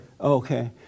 Okay